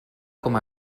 com